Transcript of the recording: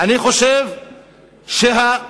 אני חושב שהוונדליזם,